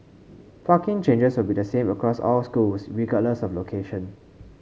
parking charges will be the same across all schools regardless of location